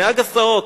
נהג הסעות.